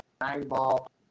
nine-ball